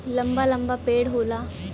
लंबा लंबा पेड़ होला